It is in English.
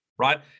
right